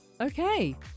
Okay